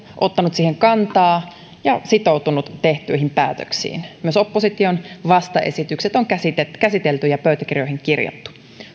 ottanut siihen kantaa ja sitoutunut tehtyihin päätöksiin myös opposition vastaesitykset on käsitelty käsitelty ja pöytäkirjoihin kirjattu